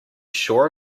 sure